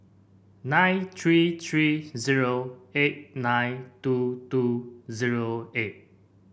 nine three three zero eight nine two two zero eight